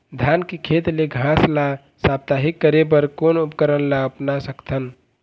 धान के खेत ले घास ला साप्ताहिक करे बर कोन उपकरण ला अपना सकथन?